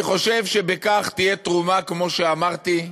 אני חושב שתהיה בכך תרומה, כמו שאמרתי,